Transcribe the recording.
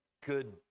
good